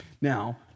Now